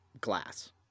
glass